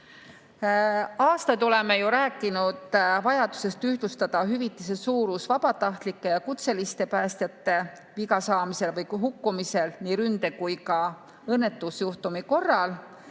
Aastaid oleme ju rääkinud vajadusest ühtlustada hüvitise suurust vabatahtlike ja kutseliste päästjate vigastada saamisel või hukkumisel nii ründe kui ka õnnetusjuhtumi korral.